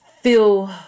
feel